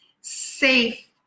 Safe